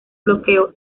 bloqueo